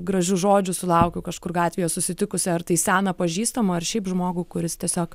gražių žodžių sulaukiau kažkur gatvėje susitikusi ar tai seną pažįstamą ar šiaip žmogų kuris tiesiog